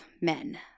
men